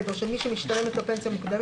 או של מי שמשתלמת לו פנסיה מוקדמת,